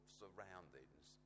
surroundings